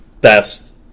best